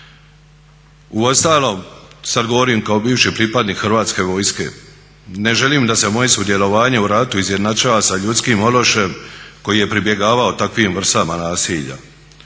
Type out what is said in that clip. Uostalom, sad govorim kao bivši pripadnik Hrvatske vojske, ne želim da se moje sudjelovanje u ratu izjednačava sa ljudskim ološem koji je pribjegavao takvim vrstama nasilja.